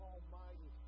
Almighty